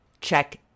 check